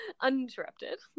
uninterrupted